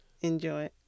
enjoy